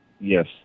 Yes